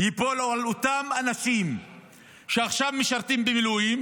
ייפול על אותם אנשים שעכשיו משרתים במילואים,